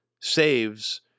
saves